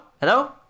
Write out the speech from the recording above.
hello